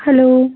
hello